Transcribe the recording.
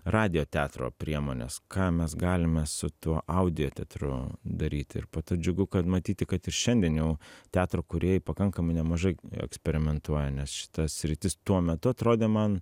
radijo teatro priemonės ką mes galime su tuo audio teatru daryti ir po to džiugu kad matyti kad ir šiandien jau teatro kūrėjai pakankamai nemažai eksperimentuoja nes šita sritis tuo metu atrodė man